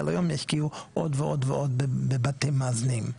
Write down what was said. היום ישקיעו עוד ועוד ועוד בבתים מאזנים.